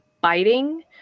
biting